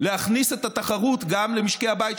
להכניס את התחרות גם למשקי הבית,